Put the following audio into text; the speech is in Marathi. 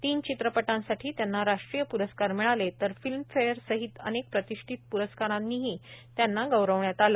तीन चित्रपटांसाठी त्यांना राष्ट्रीय प्रस्कार मिळाले तर फिल्मफेअर सहित अनेक प्रतिष्ठित पुरस्कारांनीही त्यांना गौरवण्यात आलं